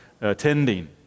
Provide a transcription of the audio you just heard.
attending